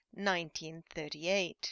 1938